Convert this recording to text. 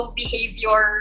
behavior